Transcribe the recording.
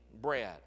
bread